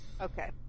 Okay